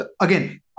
again